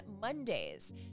Mondays